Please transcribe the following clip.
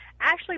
Ashley